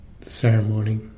ceremony